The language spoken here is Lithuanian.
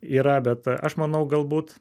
yra bet aš manau galbūt